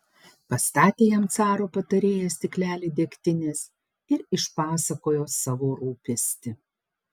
pastatė jam caro patarėjas stiklelį degtinės ir išpasakojo savo rūpestį